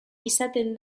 izaten